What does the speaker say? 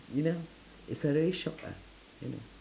you know is a really shock ah you know